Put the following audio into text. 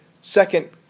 second